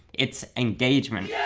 it's engagement.